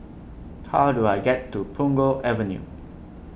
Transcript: How Do I get to Punggol Avenue